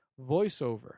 voiceover